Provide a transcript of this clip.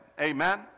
amen